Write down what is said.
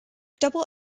double